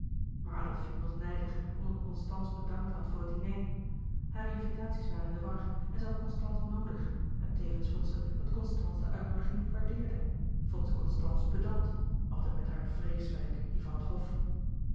maar adolfine was nijdig omdat constance bedankt had voor het diner hare invitaties waren in de war en zij had constance noodig en tevens vond zij dat constance de uitnoodiging niet waardeerde vond zij constance pedant altijd met haar vreeswijck die van het hof